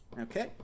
Okay